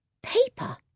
Paper